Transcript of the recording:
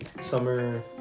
Summer